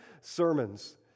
sermons